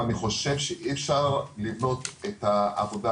אני חושב שאי אפשר אבל לתלות את העבודה